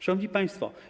Szanowni Państwo!